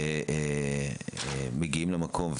מגיעים למקום.